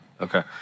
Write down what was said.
Okay